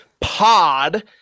pod